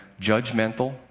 judgmental